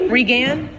Regan